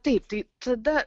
taip tai tada